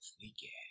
sneaky